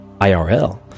IRL